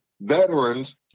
veterans